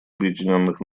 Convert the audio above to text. объединенных